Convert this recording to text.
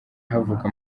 havuka